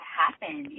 happen